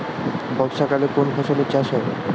বর্ষাকালে কোন ফসলের চাষ হয়?